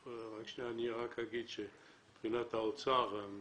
אני רק אגיד שמבחינת האוצר, הם